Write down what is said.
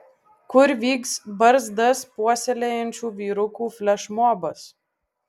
kur vyks barzdas puoselėjančių vyrukų flešmobas